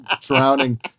drowning